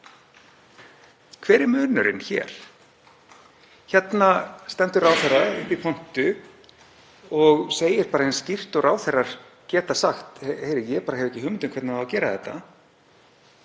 Hver er munurinn hér? Hérna stendur ráðherra uppi í pontu og segir bara eins skýrt og ráðherrar geta sagt: Heyrðu, ég bara hef ekki hugmynd um hvernig á að gera þetta.